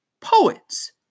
poets